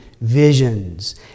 visions